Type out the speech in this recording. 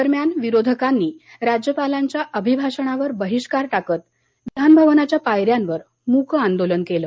दरम्यान विरोधकांनी राज्यपालांच्या अभिभाषणावर बहिष्कार टाकत विधान भवनाच्या पायऱ्यांवर मुक आंदोलन केलं